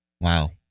wow